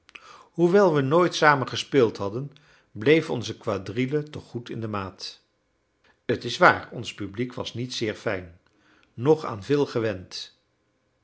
hoewel we nooit samen gespeeld hadden bleef onze quadrille toch goed in de maat het is waar ons publiek was niet zeer fijn noch aan veel gewend